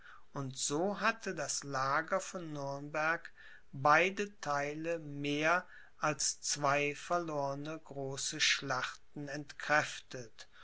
und so hatte das lager von nürnberg beide theile mehr als zwei verlorne große schlachten entkräftet